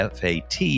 FAT